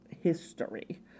history